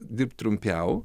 dirbt trumpiau